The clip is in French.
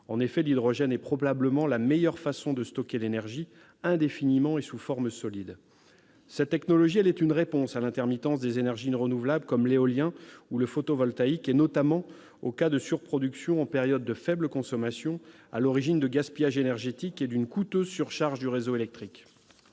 En effet, l'hydrogène est probablement la meilleure façon de stocker l'énergie indéfiniment et sous forme solide. Cette technologie est une réponse à l'intermittence des énergies renouvelables, comme l'éolien ou le photovoltaïque, notamment en cas de surproduction en période de faible consommation, à l'origine de gaspillages énergétiques et d'une coûteuse surcharge du réseau électrique.